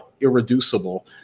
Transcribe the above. irreducible